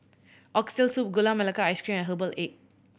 Oxtail Soup Gula Melaka Ice Cream and herbal egg